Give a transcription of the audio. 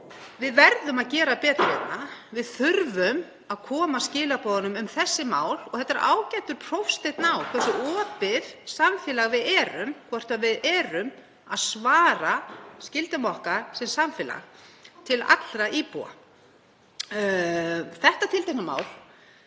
Við verðum að gera betur og við þurfum að koma skilaboðunum um þessi mál á framfæri. Það er ágætur prófsteinn á hversu opið samfélag við erum, hvort við erum að svara skyldum okkar sem samfélag til allra íbúa. Þetta tiltekna mál